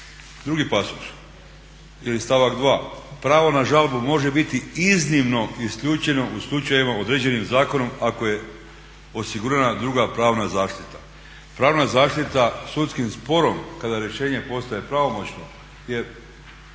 Drugi pasus ili stavak 2., pravo na žalbu može biti iznimno isključeno u slučajevima određenim zakonom ako je osigurana druga pravna zaštita. Pravna zaštita sudskim sporom kada rješenje postaje pravomoćno je